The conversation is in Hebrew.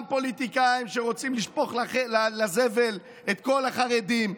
גם פוליטיקאים שרוצים לשפוך לזבל את כל החרדים,